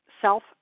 self